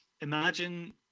imagine